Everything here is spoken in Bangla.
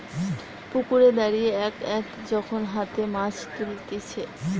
পুকুরে দাঁড়িয়ে এক এক যখন হাতে মাছ তুলতিছে